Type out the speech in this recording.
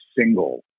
single